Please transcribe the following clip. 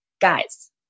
guys